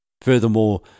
Furthermore